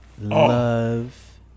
love